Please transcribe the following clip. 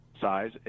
size